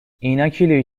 ایناکیلویی